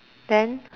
then